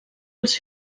els